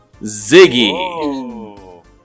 Ziggy